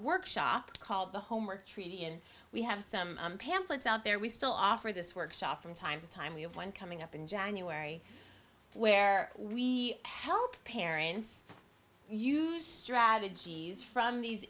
workshop called the homework treaty and we have some pamphlets out there we still offer this workshop from time to time we have one coming up in january where we help parents use strategies from these